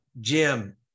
Jim